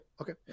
Okay